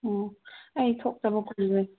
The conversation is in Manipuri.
ꯎꯝ ꯑꯩ ꯊꯣꯛꯇꯕ ꯀꯨꯏꯔꯦ